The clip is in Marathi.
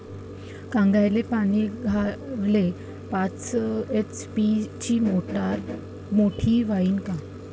कांद्याले पानी द्याले पाच एच.पी ची मोटार मोटी व्हईन का?